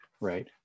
right